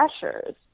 pressures